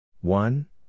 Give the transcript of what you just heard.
One